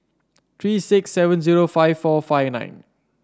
three six seven zero five four five nine